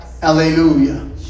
Hallelujah